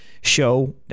show